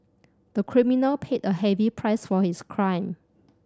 the criminal paid a heavy price for his crime